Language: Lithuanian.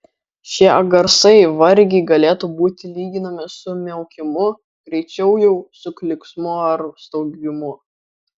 šie garsai vargiai galėtų būti lyginami su miaukimu greičiau jau su klyksmu ar staugimu